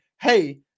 hey